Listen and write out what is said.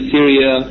Syria